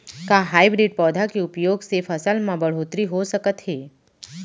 का हाइब्रिड पौधा के उपयोग से फसल म बढ़होत्तरी हो सकत हे?